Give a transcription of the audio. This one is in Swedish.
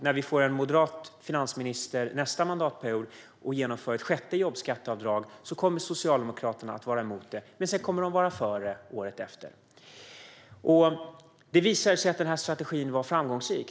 När vi får en moderat finansminister nästa mandatperiod och genomför ett sjätte jobbskatteavdrag kommer Socialdemokraterna att vara emot det. Men sedan, året efter, kommer de att vara för det. Det visade sig att den här strategin var framgångsrik.